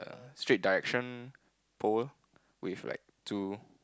street direction pole with like two